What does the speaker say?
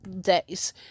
days